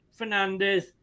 Fernandes